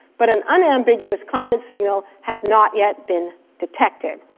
but an unambiguous climate signal has not yet been detected.